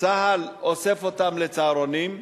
צה"ל אוסף אותם ל"סהרונים",